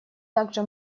также